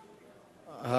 נכבדה,